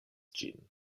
ĝin